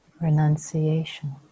renunciation